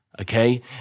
Okay